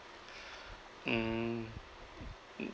mm mm